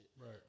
Right